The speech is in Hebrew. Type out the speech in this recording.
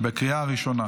לקריאה הראשונה.